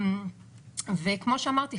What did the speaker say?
כמו שאמרתי,